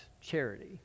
charity